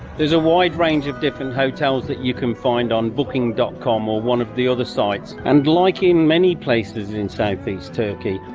there's a wide range of different hotels that you can find on booking dot com or one of the other sites. and like in many places in southeast turkey,